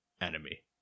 enemy